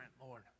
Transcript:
Lord